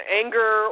anger